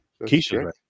Keisha